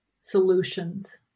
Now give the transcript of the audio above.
solutions